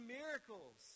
miracles